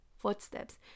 Footsteps